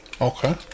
Okay